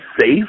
safe